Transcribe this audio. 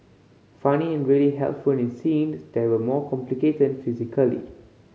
funny and really helpful in scene that were more complicated physically